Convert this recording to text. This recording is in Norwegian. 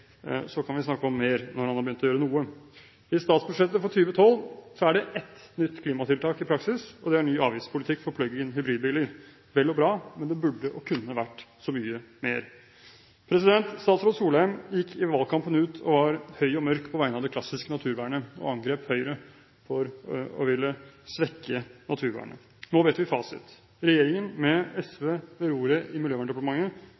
så kan vi snakke om mer når han har begynt å gjøre noe. I statsbudsjettet for 2012 er det ett nytt klimatiltak i praksis, og det er ny avgiftspolitikk for plug-in hybridbiler. Det er vel og bra, men det burde og kunne vært så mye mer. Statsråd Solheim gikk i valgkampen ut og var høy og mørk på vegne av det klassiske naturvernet og angrep Høyre for å ville svekke naturvernet. Nå vet vi fasiten. Regjeringen, med SV ved roret i Miljøverndepartementet,